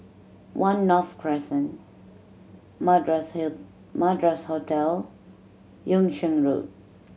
One North Crescent Madras here Madras Hotel Yung Sheng Road